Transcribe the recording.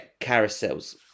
carousels